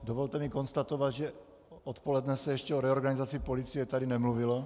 Dovolte mi konstatovat, že odpoledne se ještě o reorganizaci policie tady nemluvilo.